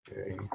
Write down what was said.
Okay